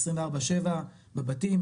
עשרים וארבע שבע בבתים,